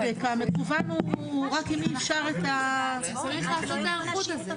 המקוון הוא רק אם אי אפשר --- צריך לעשות היערכות לזה,